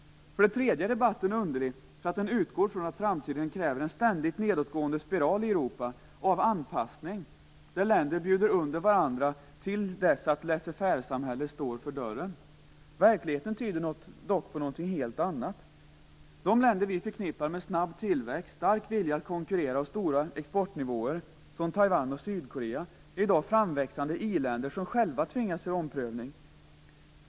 För det tredje är den underlig därför att den utgår från att framtiden kräver en ständigt nedåtgående spiral av anpassning i Europa, där länder bjuder under varandra till dess att laisser faire-samhället står för dörren. Verkligheten tyder dock på någonting helt annat. De länder vi förknippar med snabb tillväxt, stark vilja att konkurrera och höga exportnivåer, t.ex. Taiwan och Sydkorea, är i dag framväxande i-länder som själva tvingas göra omprövning.